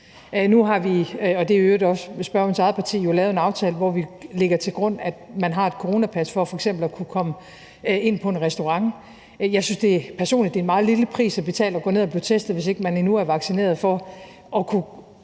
parti – lavet en aftale, hvor vi lægger til grund, at man har et coronapas for f.eks. at kunne komme ind på en restaurant. Jeg synes personligt, det er en meget lille pris at betale at gå ned og blive testet, hvis man endnu ikke er vaccineret,